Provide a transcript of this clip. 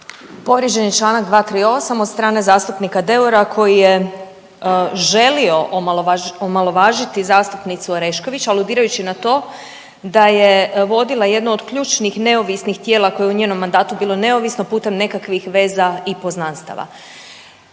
Povrijeđen je čl. 238. od strane zastupnika Deura koji je želio omalovažiti zastupnicu Orešković aludirajući na to da je vodila jednu od ključnih neovisnih tijela koje je u njenom mandatu bilo neovisno putem nekakvih veza i poznanstva.